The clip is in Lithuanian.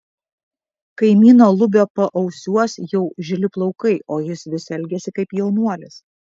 kaimyno lubio paausiuos jau žili plaukai o jis vis elgiasi kaip jaunuolis